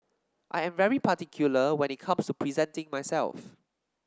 I am very particular when it comes to presenting myself